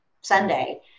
Sunday